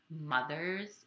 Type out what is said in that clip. mothers